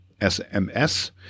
SMS